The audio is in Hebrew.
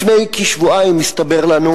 לפני כשבועיים הסתבר לנו,